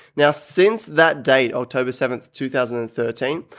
now since that date, october seventh, two thousand and thirteen.